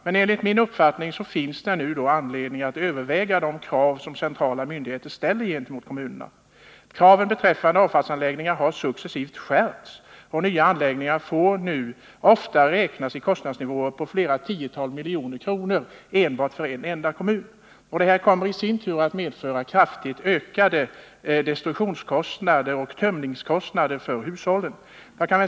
Men enligt min uppfattning finns det anledning att ompröva de krav som centrala myndigheter uppställer gentemot kommunerna när det gäller avfallsanläggningar. De kraven har successivt skärpts. Nya anläggningar får nu ofta beräknade kostnadsnivåer på flera tiotal miljoner enbart för en enda kommun. Det kommer i sin tur att medföra kraftigt ökade destruktionskostnader och tömningskostnader för hushållen.